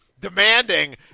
Demanding